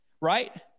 Right